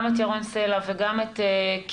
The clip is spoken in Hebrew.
גם את ירון סלע וגם את קרן,